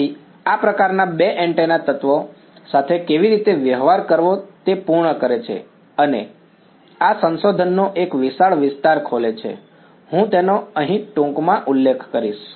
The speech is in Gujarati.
તેથી આ પ્રકાર બે એન્ટેના તત્વો સાથે કેવી રીતે વ્યવહાર કરવો તે પૂર્ણ કરે છે અને આ સંશોધનનો એક વિશાળ વિસ્તાર ખોલે છે હું તેનો અહીં ટૂંકમાં ઉલ્લેખ કરીશ